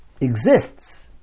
exists